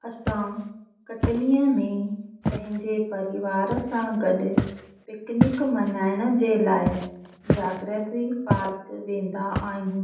असां कटनीअ में पंहिंजे परिवार सां गॾु पिकनिक मल्हाइण जे लाइ जागृती पार्क वेंदा आहियूं